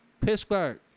Pittsburgh